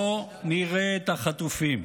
לא נראה את החטופים.